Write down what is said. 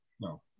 No